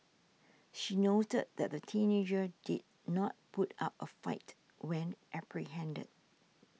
she noted that the teenager did not put up a fight when apprehended